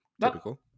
Typical